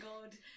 God